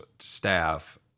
staff